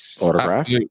autograph